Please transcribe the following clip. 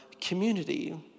community